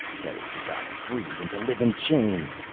better to die free than to live in chains!